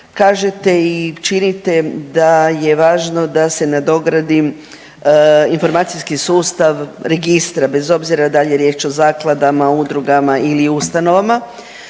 kažete i činite da je važno da se nadogradi informacijski sustav registra bez obzira dal je riječ o zakladama, udrugama ili ustanovama